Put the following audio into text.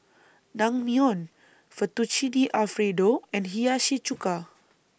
Naengmyeon Fettuccine Alfredo and Hiyashi Chuka